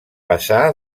passà